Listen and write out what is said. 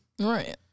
right